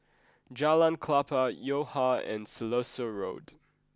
Jalan Klapa Yo Ha and Siloso Road